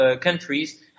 countries